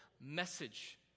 message